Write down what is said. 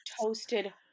toasted